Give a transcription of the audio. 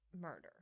murder